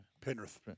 Penrith